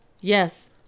Yes